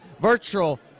virtual